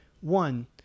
One